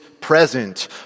present